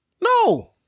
No